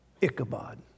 Ichabod